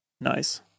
Nice